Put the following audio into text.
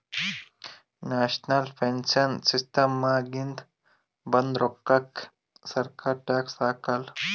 national pension ಸಿಸ್ಟಮ್ನಾಗಿಂದ ಬಂದ್ ರೋಕ್ಕಾಕ ಸರ್ಕಾರ ಟ್ಯಾಕ್ಸ್ ಹಾಕಾಲ್